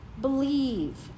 Believe